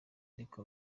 ariko